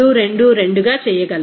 222 గా చేయగలవు